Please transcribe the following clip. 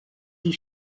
die